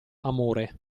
amore